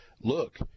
look